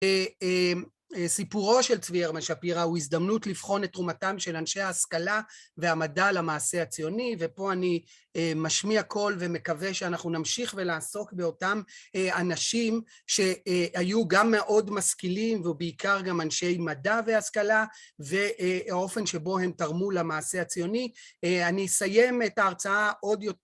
אה אהם סיפורו של צבי ירמן שפירה הוא הזדמנות לבחון את תרומתם של אנשי ההשכלה והמדע למעשה הציוני ופה אני אה משמיע כל ומקווה שאנחנו נמשיך ולעסוק באותם אה אנשים ש אה היו גם מאוד משכילים ובעיקר גם אנשי מדע והשכלה ו אה האופן שבו הם תרמו למעשה הציוני. אני אסיים את ההרצאה עוד יות